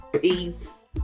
peace